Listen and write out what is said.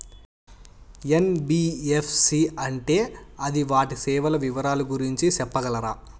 NBFC అంటే అది వాటి సేవలు వివరాలు గురించి సెప్పగలరా?